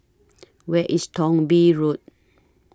Where IS Thong Bee Road